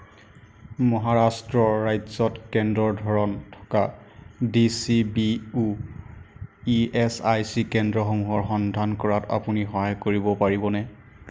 মহাৰাষ্ট্ৰৰ ৰাজ্যত কেন্দ্ৰৰ ধৰণ থকা ডি চি বি ও ই এচ আই চি কেন্দ্ৰসমূহৰ সন্ধান কৰাত আপুনি সহায় কৰিব পাৰিবনে